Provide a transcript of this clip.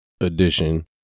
edition